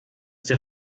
der